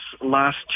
last